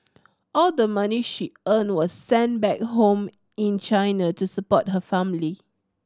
all the money she earned was sent back home in China to support her family